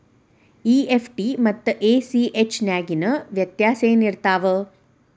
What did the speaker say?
EFT ಮತ್ತ ACH ನ್ಯಾಗಿನ್ ವ್ಯೆತ್ಯಾಸೆನಿರ್ತಾವ?